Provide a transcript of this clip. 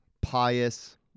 pious